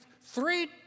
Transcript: three